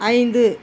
ஐந்து